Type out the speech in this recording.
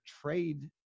trade